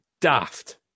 daft